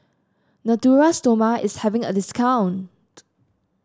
Natura Stoma is having a discount